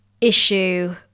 issue